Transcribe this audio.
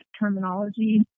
terminology